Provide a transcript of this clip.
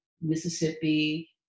Mississippi